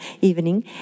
evening